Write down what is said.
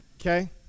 Okay